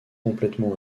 complètement